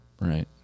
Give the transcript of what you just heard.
Right